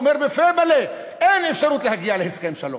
הוא אומר בפה מלא: אין אפשרות להגיע להסכם שלום,